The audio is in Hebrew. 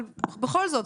אבל בכל זאת,